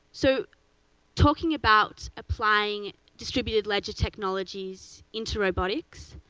so talking about applying distributed ledger technologies into robotics,